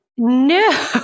No